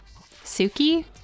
Suki